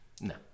No